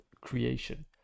creation